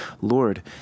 Lord